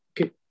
okay